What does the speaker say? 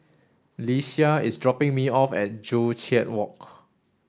is dropping me off at Joo Chiat Walk